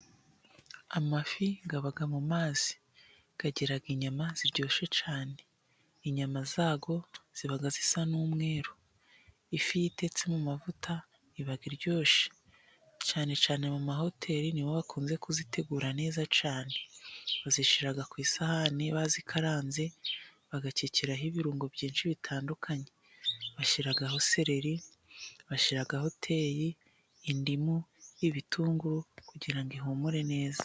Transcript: Amafi aba mu mazi ,agira inyama ziryoshye cyane, inyama zayo ziba zisa n'umweru. Ifi itetse mu mavuta iba iryoshe cyane cyane mu mahoteli, nibo bakunze kuzitegura neza cyane ,bazishyira ku isahani bazikaranze ,bagakekeraho ibirungo byinshi bitandukanye: bashyiraho, seleri, bashyiraho, teyi, indimu ,ibitunguru kugira ngo ihumure neza.